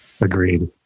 Agreed